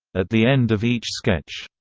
at the end of each sketch,